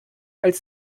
als